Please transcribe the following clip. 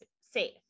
safe